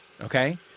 Okay